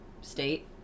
state